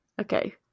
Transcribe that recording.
okay